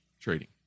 trading